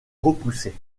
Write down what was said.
repousser